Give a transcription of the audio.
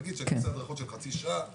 נגיד שאת עושה הדרכות של חצי שעה,